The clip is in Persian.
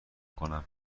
کنم